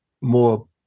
more